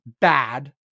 bad